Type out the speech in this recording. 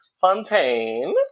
Fontaine